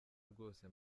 rwose